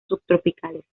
subtropicales